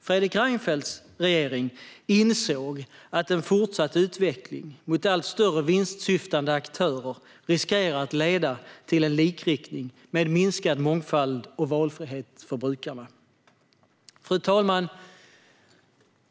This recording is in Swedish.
Fredrik Reinfeldts regering insåg att en fortsatt utveckling mot allt större vinstsyftande aktörer riskerar att leda till likriktning, med minskad mångfald och valfrihet för brukarna. Fru talman!